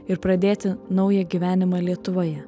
ir pradėti naują gyvenimą lietuvoje